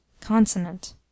CONSONANT